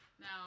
Now